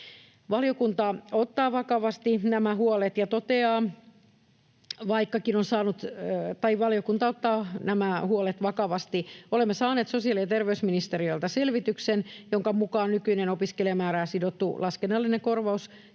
opiskelijamäärä voi myöhemmin osoittautua alimitoitetuksi. Valiokunta ottaa nämä huolet vakavasti. Olemme saaneet sosiaali- ja terveysministeriöltä selvityksen, jonka mukaan nykyinen opiskelijamäärään sidottu laskennallinen korvauskin